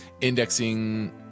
indexing